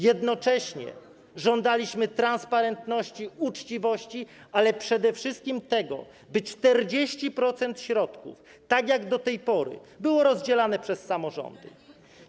Jednocześnie żądaliśmy transparentności, uczciwości, ale przede wszystkim tego, by 40% środków, tak jak do tej pory, było rozdzielane przez samorządy.